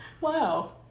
Wow